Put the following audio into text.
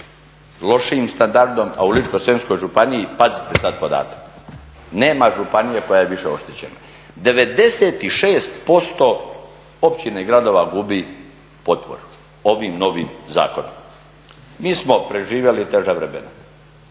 lošijim standardom a u Ličko-senjskoj županiji pazite sada podatak, nema županije koja je više oštećena. 96% općine i gradova gubi potporu ovim novim zakonom, mi smo preživjeli teža vremena.